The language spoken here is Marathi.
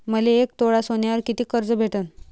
मले एक तोळा सोन्यावर कितीक कर्ज भेटन?